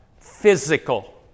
Physical